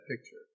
picture